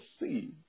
see